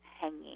hanging